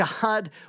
God